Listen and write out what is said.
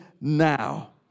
now